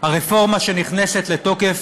הרפורמה שנכנסת לתוקף